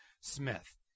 Smith